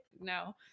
no